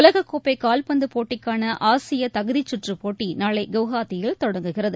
உலகக்கோப்பை கால்பந்து போட்டிக்கான ஆசிய தகுதிக்கற்று போட்டி நாளை கவுனத்தியில் தொடங்குகிறது